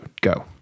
go